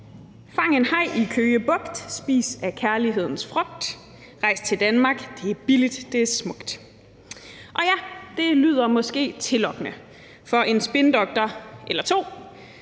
Fang en haj i Køge Bugt. Spis af kærlighedens frugt. Rejs til Danmark. Det er billigt. Det er smukt. Det lyder måske tillokkende for en spindoktor eller to